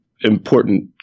important